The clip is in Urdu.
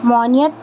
معنویت